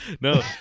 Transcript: No